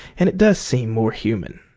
and it does seem more human.